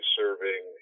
serving